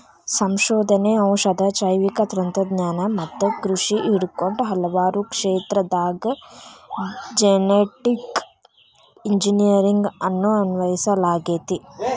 ಸಂಶೋಧನೆ, ಔಷಧ, ಜೈವಿಕ ತಂತ್ರಜ್ಞಾನ ಮತ್ತ ಕೃಷಿ ಹಿಡಕೊಂಡ ಹಲವಾರು ಕ್ಷೇತ್ರದಾಗ ಜೆನೆಟಿಕ್ ಇಂಜಿನಿಯರಿಂಗ್ ಅನ್ನು ಅನ್ವಯಿಸಲಾಗೆತಿ